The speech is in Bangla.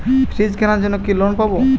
ফ্রিজ কেনার জন্য কি লোন পাব?